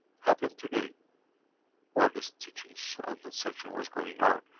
happened today while this teachings and the section was going on,